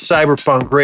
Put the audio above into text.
Cyberpunk